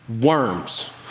worms